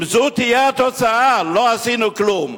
אם זו תהיה התוצאה, לא עשינו כלום.